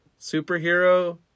superhero